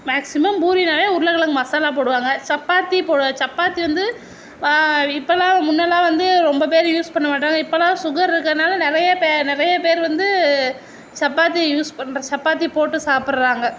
maximum பூரின்னாலே உருளக்கிழங்கு மசாலா போடுவாங்க சப்பாத்தி போட சப்பாத்தி வந்து இப்போல்லா முன்னெல்லாம் வந்து ரொம்ப பேர் யூஸ் பண்ண மாட்டாங்க இப்போல்லா ஷுகர்ருக்கனால நறைய நிறைய பேர் வந்து சப்பாத்தி யூஸ் பண்ற சப்பாத்தி போட்டு சாப்பிட்றாங்க